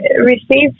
received